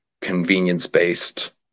convenience-based